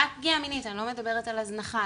אני לא מדברת על הזנחה,